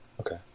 Okay